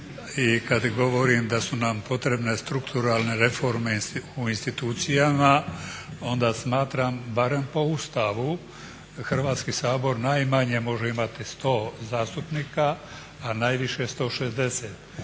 i kad govorim da su nam potrebne strukturalne reforme u institucijama onda smatram barem po Ustavu Hrvatski sabor najmanje može imati 100 zastupnika, a najviše 160.